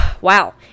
Wow